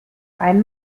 einen